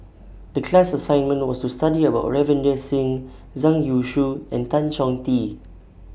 The class assignment was to study about Ravinder Singh Zhang Youshuo and Tan Chong Tee